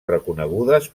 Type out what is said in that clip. reconegudes